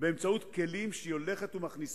באמצעות כלים טכנולוגיים